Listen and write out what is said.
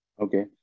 Okay